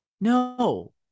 No